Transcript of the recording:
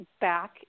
back